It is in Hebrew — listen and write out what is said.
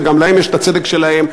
וגם להם יש הצדק שלהם.